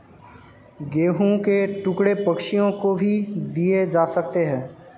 गेहूं के टुकड़े पक्षियों को भी दिए जा सकते हैं